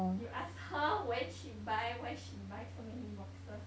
you ask her when she buy why she buy so many boxes